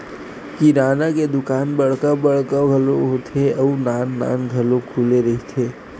किराना के दुकान बड़का बड़का घलो होथे अउ नान नान घलो खुले रहिथे